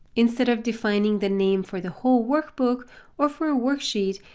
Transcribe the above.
instead of defining the name for the whole workbook or for a worksheet,